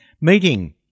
meeting